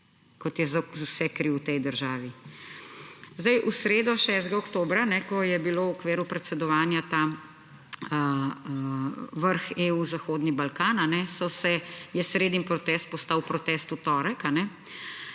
kot je za vse kriv v tej državi. Zdaj v sredo, 6. oktobra, ko je bilo v okviru predsedovanja ta vrh EU zahodni Balkan, so se, je sredin protest postal protest v torek,